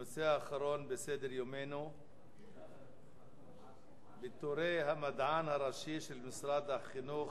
הנושא האחרון בסדר-יומנו: פיטורי המדען הראשי של משרד החינוך,